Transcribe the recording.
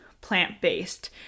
plant-based